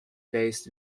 based